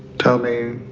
tell me